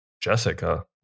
Jessica